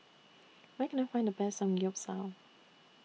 Where Can I Find The Best Samgeyopsal